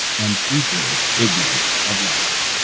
and equally ignorant of life.